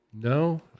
No